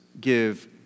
give